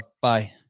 Bye